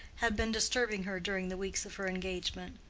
had been disturbing her during the weeks of her engagement.